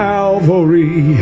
Calvary